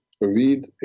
read